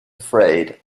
afraid